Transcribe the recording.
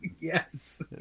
Yes